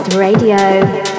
Radio